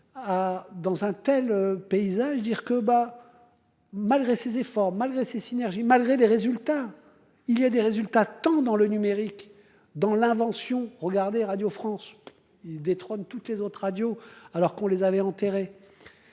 Dans un tel paysages dire que bah. Malgré ses efforts, malgré ces synergies malgré les résultats il y a des résultats, tant dans le numérique dans l'invention regarder Radio France. Il détrône toutes les autres radios alors qu'on les avait enterrés.